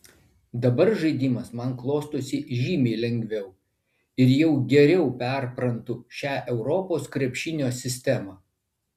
dabar žaidimas man klostosi žymiai lengviau ir jau geriau perprantu šią europos krepšinio sistemą